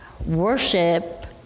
worship